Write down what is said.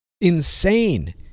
insane